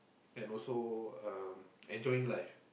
and also um enjoying life